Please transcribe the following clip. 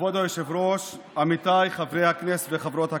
כבוד היושב-ראש, עמיתיי חברי הכנסת וחברות הכנסת,